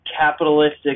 capitalistic